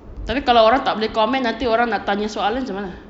tapi kalau orang tak boleh comment nanti orang nak tanya soalan macam mana